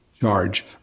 charge